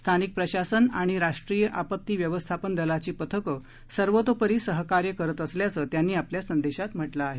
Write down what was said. स्थानिक प्रशासन आणि राष्ट्रीय आपत्ती व्यवस्थापन दलाची पथकं सर्वतोपरी सहकार्य करत असल्याचं त्यांनी आपल्या संदेशात म्हटलं आहे